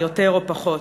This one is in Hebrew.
יותר או פחות,